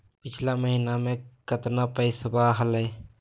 पिछला महीना मे कतना पैसवा हलय?